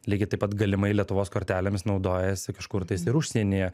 lygiai taip pat galimai lietuvos kortelėmis naudojasi kažkur tais ir užsienyje